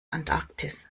antarktis